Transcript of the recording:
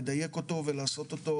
לדייק אותו ולעשות אותו